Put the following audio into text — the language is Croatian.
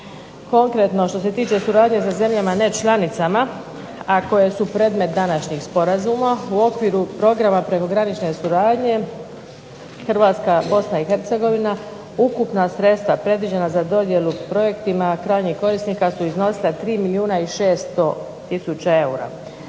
Konkretno što se tiče suradnje sa zemljama nečlanicama a koje su predmet današnjeg sporazuma, u okviru Programa prekogranične suradnje Hrvatska, Bosna i Hercegovina, ukupna sredstva predviđena za dodjelu projektima krajnjih korisnika su iznosila 3 milijuna i 600000 eura